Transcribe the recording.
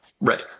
Right